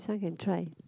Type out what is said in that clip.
this one can try